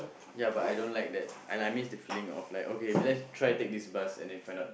yea but I don't like that and I miss the feeling of like okay let's try take this bus and then find out